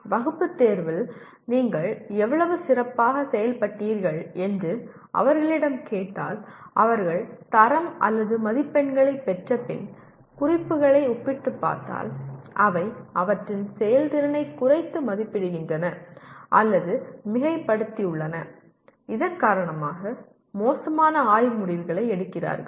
வகுப்பு தேர்வில் நீங்கள் எவ்வளவு சிறப்பாக செயல்பட்டீர்கள் என்று அவர்களிடம் கேட்டால் அவர்கள் தரம் அல்லது மதிப்பெண்களைப் பெற்றபின் குறிப்புகளை ஒப்பிட்டுப் பார்த்தால் அவை அவற்றின் செயல்திறனைக் குறைத்து மதிப்பிடுகின்றன அல்லது மிகைப்படுத்தியுள்ளன இதன் காரணமாக மோசமான ஆய்வு முடிவுகளை எடுக்கிறார்கள்